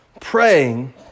praying